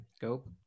go